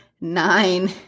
nine